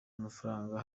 amafaranga